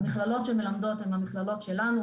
המכללות שמלמדות הן מכללות שלנו,